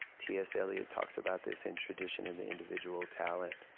t. s. eliot talks about this in tradition and the individual talent.